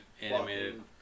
animated